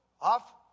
Off